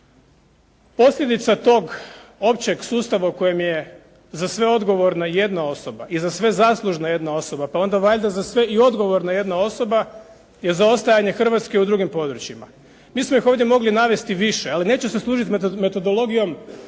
Posljedica tog općeg sustava u kojem je za sve odgovorna jedna osoba i za sve zaslužna jedna osoba pa onda valjda za sve i odgovorna jedna osoba je zaostajanje Hrvatske u drugim područjima. Mi smo ih ovdje mogli navesti više, ali neću se služiti metodologijom